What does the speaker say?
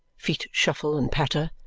feet shuffle and patter,